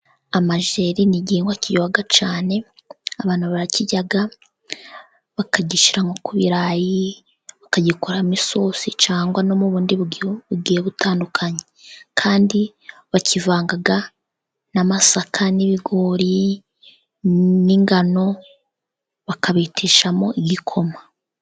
Amajeri ni igihingwa kiryoha cyane. Abantu barakirya bakagishyira ku birayi, bakagikoramo isosi cyangwa no mu bundi buryo bugiye butandukanye. Kandi bakivanga n'amasaka n'ibigori n'ingano, bakabeteshamo igikoma.